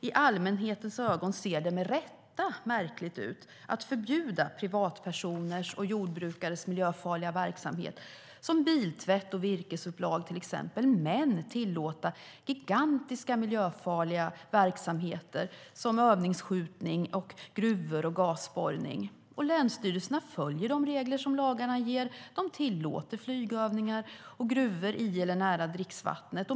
I allmänhetens ögon ser det med rätta märkligt ut att förbjuda privatpersoners och jordbrukares miljöfarliga verksamhet, till exempel biltvätt och virkesupplag, men tillåta gigantiska miljöfarliga verksamheter som övningsskjutning, gruvor och gasborrning. Länsstyrelserna följer de regler som lagarna ger och tillåter flygövningar och gruvor i eller nära dricksvattnet.